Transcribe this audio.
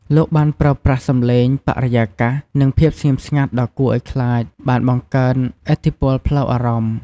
លោកបានប្រើប្រាស់សំឡេង បរិយាកាស និងភាពស្ងៀមស្ងាត់ដ៏គួរឱ្យខ្លាច បានបង្កើនឥទ្ធិពលផ្លូវអារម្មណ៍។